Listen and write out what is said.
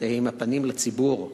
תהא עם הפנים לציבור,